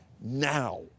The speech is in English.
now